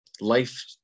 life